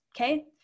okay